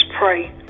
pray